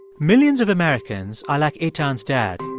millions of americans are like eitan's dad.